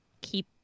keep